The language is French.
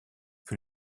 que